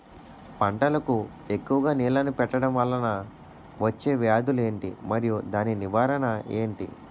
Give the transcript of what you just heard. పంటలకు ఎక్కువుగా నీళ్లను పెట్టడం వలన వచ్చే వ్యాధులు ఏంటి? మరియు దాని నివారణ ఏంటి?